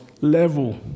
level